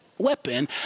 weapon